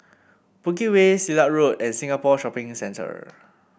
Bukit Way Silat Road and Singapore Shopping Centre